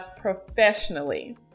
professionally